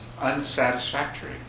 unsatisfactory